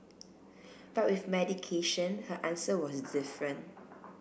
but with medication her answer was different